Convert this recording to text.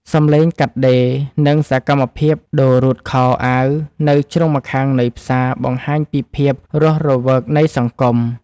សំឡេងកាត់ដេរ និងសកម្មភាពដូររ៉ូតខោអាវនៅជ្រុងម្ខាងនៃផ្សារបង្ហាញពីភាពរស់រវើកនៃសង្គម។